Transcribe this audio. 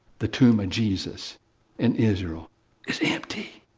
the tomb of jesus in israel is empty.